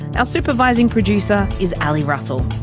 and supervising producer is ali russell.